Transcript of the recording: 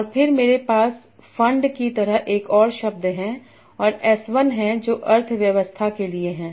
और फिर मेरे पास फंड की तरह एक और शब्द है और s 1 है जो अर्थव्यवस्था के लिए है